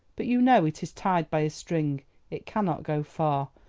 but you know it is tied by a string it cannot go far.